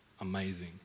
amazing